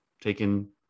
taken